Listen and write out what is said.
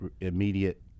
immediate